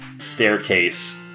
staircase